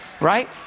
right